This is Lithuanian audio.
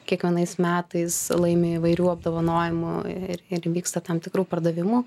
kiekvienais metais laimi įvairių apdovanojimų ir ir įvyksta tam tikrų pardavimų